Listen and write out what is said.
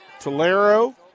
Tolero